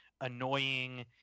Annoying